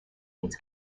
its